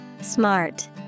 Smart